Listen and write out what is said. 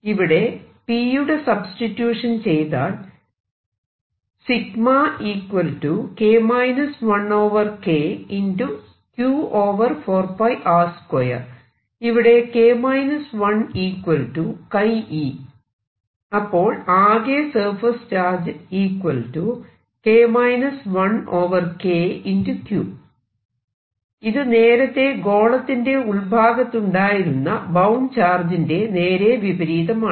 ഇവിടെ P യുടെ substitution ചെയ്താൽ ഇവിടെ K 1 e അപ്പോൾ ആകെ സർഫേസ് ചാർജ് ഇത് നേരത്തെ ഗോളത്തിന്റെ ഉൾഭാഗത്തുണ്ടായിരുന്ന ബൌണ്ട് ചാർജിന്റെ നേരെ വിപരീതമാണ്